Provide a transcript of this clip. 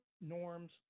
norms